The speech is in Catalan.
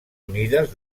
unides